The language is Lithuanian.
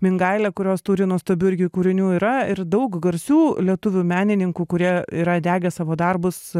mingailė kurios turi nuostabių irgi kūrinių yra ir daug garsių lietuvių menininkų kurie yra degę savo darbus